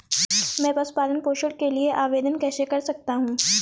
मैं पशु पालन पोषण के लिए आवेदन कैसे कर सकता हूँ?